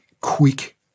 quick